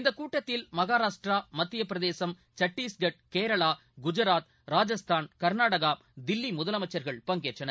இந்தக் கூட்டத்தில் மகாராஷ்டிரா மத்திய பிரதேசம் சத்தீஸ்கா் கேரளா குஜராத் ராஜஸ்தான் கா்நாடகா தில்லி முதலமைச்சர்கள் பங்கேற்றனர்